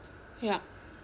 yup